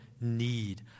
need